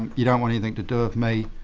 you don't want anything to do with me.